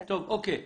בסדר.